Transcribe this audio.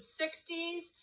60s